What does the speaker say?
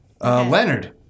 Leonard